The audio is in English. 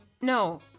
No